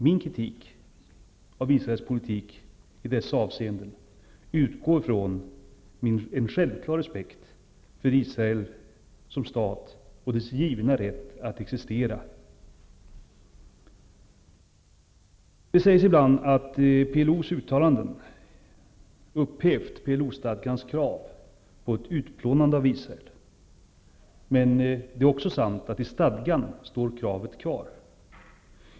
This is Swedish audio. Min kritik av Israels politik i dessa avseenden utgår ifrån en självklar respekt för Israel som stat och för dess givna rätt att existera. Det sägs ibland att PLO:s uttalanden har upphävt PLO-stadgans krav på ett utplånande av Israel. Men det är också sant att i stadgan står kravet kvar.